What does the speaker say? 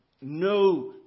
No